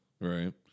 Right